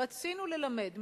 רצינו ללמד,